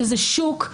שזה שוק,